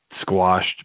squashed